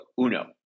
uno